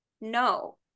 no